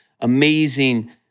amazing